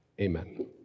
Amen